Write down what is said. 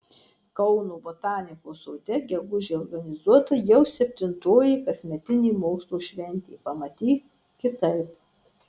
kauno botanikos sode gegužę organizuota jau septintoji kasmetinė mokslo šventė pamatyk kitaip